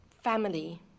family